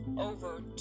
Over